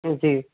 जी